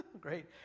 Great